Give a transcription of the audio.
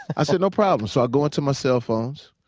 i said no problem. so i go into my cell phones.